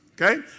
Okay